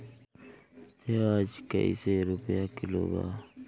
प्याज कइसे रुपया किलो बा?